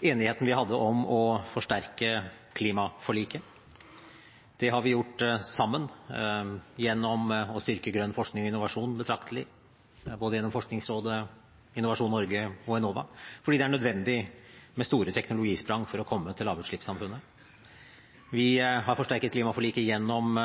enigheten vi hadde om å forsterke klimaforliket. Det har vi gjort sammen gjennom å styrke grønn forskning og innovasjon betraktelig både gjennom Forskningsrådet, Innovasjon Norge og Enova, fordi det er nødvendig med store teknologisprang for å komme til lavutslippssamfunnet. Vi har forsterket klimaforliket gjennom